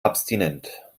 abstinent